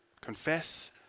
confess